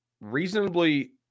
reasonably